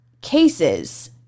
cases